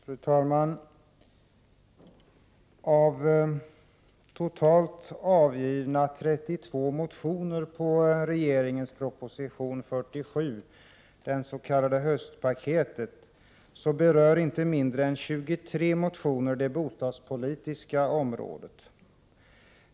Fru talman! Av totalt avgivna 32 motioner med anledning av regeringens proposition 47, det s.k. höstpaketet, berör inte mindre än 23 motioner det bostadspolitiska området.